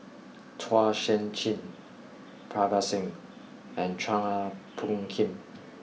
Chua Sian Chin Parga Singh and Chua Phung Kim